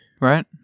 Right